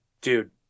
dude